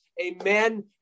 Amen